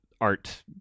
art